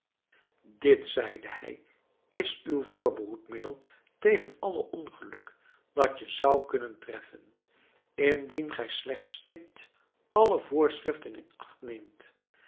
dit zeide hij is uw voorbehoedmiddel tegen alle ongeluk dat je zou kunnen treffen indien gij slechts stipt alle voorschriften in acht neemt